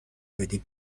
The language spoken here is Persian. بدیم